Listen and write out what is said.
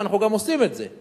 ואנחנו גם עושים את זה,